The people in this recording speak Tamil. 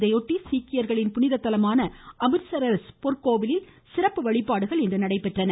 இதையொட்டி சீக்கியர்களின் புனித தலமான அமிர்தசரஸ் பொற்கோவிலில் சிறப்பு வழிபாடுகள் இன்று நடைபெற்றன